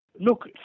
Look